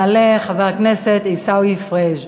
יעלה חבר הכנסת עיסאווי פריג'.